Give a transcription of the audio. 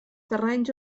terrenys